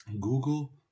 Google